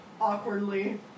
awkwardly